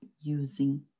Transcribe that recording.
using